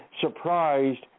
surprised